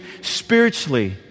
spiritually